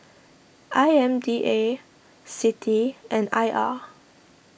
I M D A Citi and I R